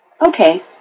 Okay